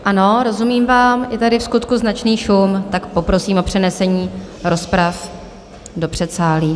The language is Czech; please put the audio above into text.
Ano, rozumím vám, je tady vskutku značný šum, tak poprosím o přenesení rozprav do předsálí.